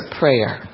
prayer